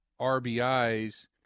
RBIs